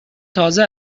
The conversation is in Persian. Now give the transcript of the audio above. تازه